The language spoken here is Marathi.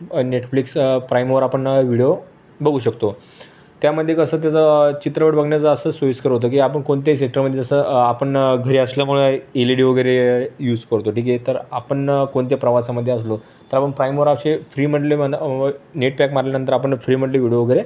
नेटफ्लिक्स प्राईमवर आपण व्हिडो बघू शकतो त्यामध्ये कसं त्याचं चित्रपट बघणं जास्त सोईस्कर होतं की आपण कोणत्याही सेक्टरमध्ये जसं आपण घरी असल्यामुळं एल ई डी वगैरे यूज करतो ठीक आहे तर आपण कोणत्या प्रवासामध्ये असलो तर आपण प्राईमवर असे फ्री म्हटले म्ह नेटपॅक मारल्यानंतर आपणच फ्रीमधले व्हिडओ वगैरे